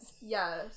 Yes